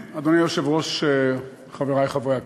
אדוני היושב-ראש, חברי חברי הכנסת,